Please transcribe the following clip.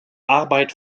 arbeit